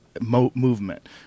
movement